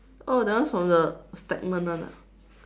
oh that one's from the segment one ah